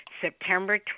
September